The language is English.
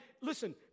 listen